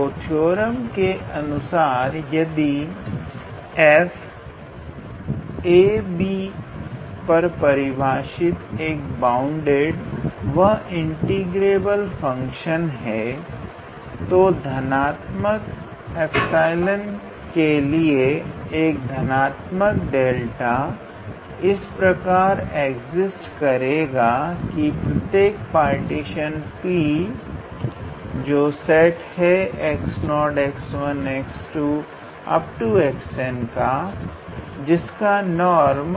तो थ्योरम के अनुसार यदि f ab पर परिभाषित एक बाउंडेड तथा इंटीग्रेबल फंक्शन है तो प्रत्येक धनात्मक 𝜖 के लिए एक धनात्मक 𝛿 इस प्रकार एग्जीस्ट करेगा कि प्रत्येक पार्टीशन 𝑃 𝑎 𝑥0 𝑥1 𝑥𝑛 𝑏जिसका नॉर्म